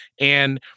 And-